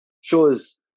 shows